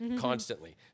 constantly